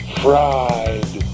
fried